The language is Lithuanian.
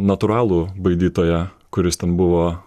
natūralų baidytoją kuris ten buvo